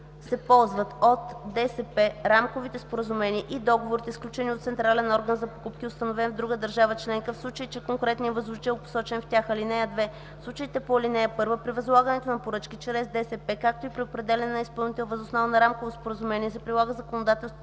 се ползват от ДСП, рамковите споразумения и договорите, сключени от централен орган за покупки, установен в друга държава членка, в случай че конкретният възложител е посочен в тях. (2) В случаите по ал. 1 при възлагането на поръчки чрез ДСП, както и при определяне на изпълнител въз основа на рамково споразумение се прилага законодателството